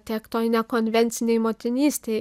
tiek toj nekonvencinėj motinystėj